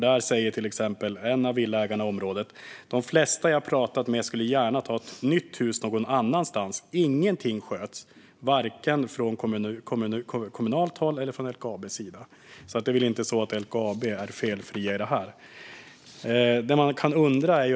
Där säger till exempel en av villaägarna i området att de flesta som personen pratat med gärna skulle ta ett nytt hus någon annanstans samt att ingenting sköts, varken från kommunalt håll eller från LKAB:s sida. Det är väl alltså inte så att LKAB är felfria i detta.